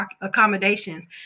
accommodations